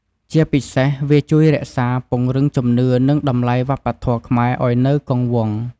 ជាពិសេស វាជួយរក្សា ពង្រឹងជំនឿ និងតម្លៃវប្បធម៌ខ្មែរឲ្យនៅគង់វង្ស។